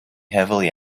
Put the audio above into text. heavily